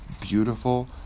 beautiful